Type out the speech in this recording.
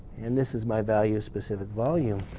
and this is my value of specific volume.